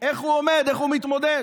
איך הוא עומד, איך הוא מתמודד?